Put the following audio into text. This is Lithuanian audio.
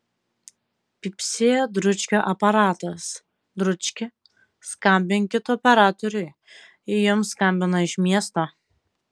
pypsėjo dručkio aparatas dručki skambinkit operatoriui jums skambina iš miesto